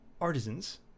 artisans